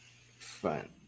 fun